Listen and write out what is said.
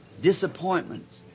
Disappointments